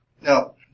Now